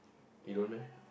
you don't meh